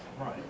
Right